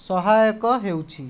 ସହାୟକ ହେଉଛି